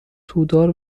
تودار